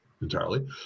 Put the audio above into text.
entirely